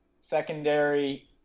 secondary